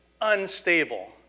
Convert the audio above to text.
Unstable